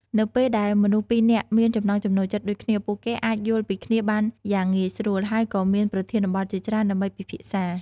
នៅពេលដែលមនុស្សពីរនាក់មានចំណង់ចំណូលចិត្តដូចគ្នា ពួកគេអាចយល់ពីគ្នាបានយ៉ាងងាយស្រួល ហើយក៏មានប្រធានបទជាច្រើនដើម្បីពិភាក្សា។